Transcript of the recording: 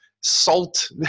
salt